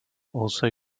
also